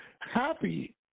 happy